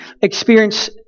experience